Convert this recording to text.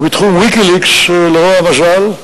ובתחום "ויקיליקס", לרוע המזל,